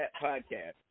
podcast